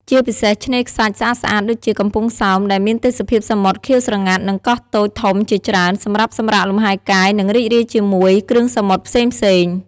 ជាពិសេសឆ្នេរខ្សាច់ស្អាតៗ ដូចជា កំពង់សោម ដែលមានទេសភាពសមុទ្រខៀវស្រងាត់ និងកោះតូចធំជាច្រើន សម្រាប់សម្រាកលំហែកាយ និងរីករាយជាមួយ គ្រឿងសមុទ្រផ្សេងៗ។